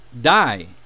die